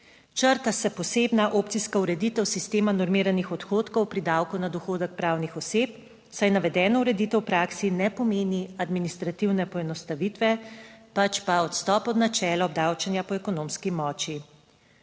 Črta se posebna opcijska ureditev sistema normiranih odhodkov pri davku na dohodek pravnih oseb, saj navedena ureditev v praksi ne pomeni administrativne poenostavitve, pač pa odstop od načela obdavčenja po ekonomski moči.